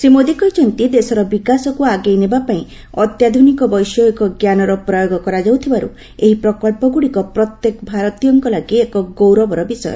ଶ୍ରୀ ମୋଦି କହିଛନ୍ତି ଦେଶର ବିକାଶକୁ ଆଗେଇ ନେବାପାଇଁ ଅତ୍ୟାଧୁନିକ ବୈଷୟିକ ଜ୍ଞାନର ପ୍ରୟୋଗ କରାଯାଉଥିବାରୁ ଏହି ପ୍ରକଳ୍ପଗୁଡ଼ିକ ପ୍ରତ୍ୟେକ ଭାରତୀୟଙ୍କ ଲାଗି ଏକ ଗୌରବର ବିଷୟ